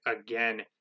again